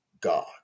God